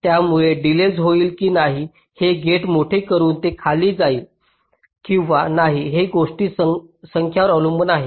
त्यामुळे डिलेज होईल की नाही हे गेट मोठे करून ते खाली जाईल किंवा नाही हे गोष्टींच्या संख्येवर अवलंबून आहे